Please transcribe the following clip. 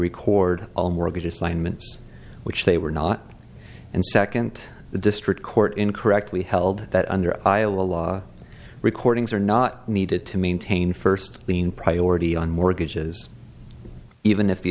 record all mortgage assignments which they were not and second the district court in correctly held that under iowa law recordings are not needed to maintain first lien priority on mortgages even if the